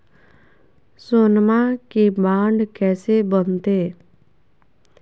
सोनमा के बॉन्ड कैसे बनते?